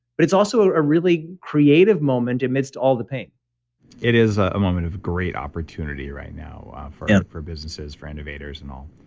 but it's also a really creative moment amidst all the pain it is a moment of great opportunity right now for businesses, for innovators and all.